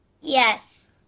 Yes